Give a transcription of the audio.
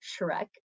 Shrek